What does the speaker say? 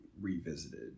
revisited